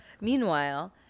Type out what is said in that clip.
Meanwhile